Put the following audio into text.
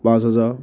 পাঁচ হাজাৰ